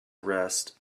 rest